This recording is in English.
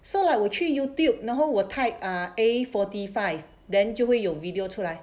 so like 我去 youtube 然后我 type A forty five then 就会有 video 出来